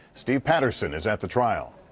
steve patterson is at the trial.